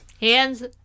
Hands